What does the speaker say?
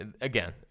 Again